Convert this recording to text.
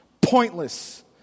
pointless